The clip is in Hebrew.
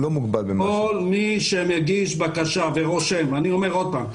לא מוגבל כל מי שמגיש בקשה ורושם אני אומר שוב.